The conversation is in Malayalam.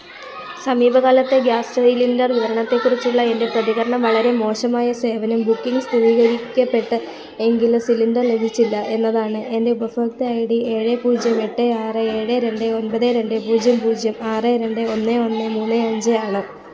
സമീപകാലത്തെ ഗ്യാസ് സിലിണ്ടർ വിതരണത്തെക്കുറിച്ചുള്ള എൻ്റെ പ്രതികരണം വളരെ മോശമായ സേവനം ബുക്കിംഗ് സ്ഥിതീകരിക്കപ്പെട്ടെങ്കിലും സിലിണ്ടർ ലഭിച്ചില്ല എന്നതാണ് എൻ്റെ ഉപഭോക്തൃ ഐ ഡി ഏഴ് പൂജ്യം എട്ട് ആറ് ഏഴ് രണ്ട് ഒമ്പത് രണ്ട് പൂജ്യം പൂജ്യം ആറ് രണ്ട് ഒന്ന് ഒന്ന് മൂന്ന് അഞ്ച് ആണ്